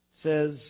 says